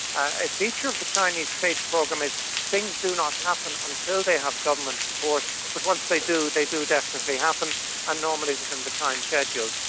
a feature of the chinese space program is things do not happen until they have government support, but once they do they do definitely happen and normally within the time scheduled.